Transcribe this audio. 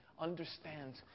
understands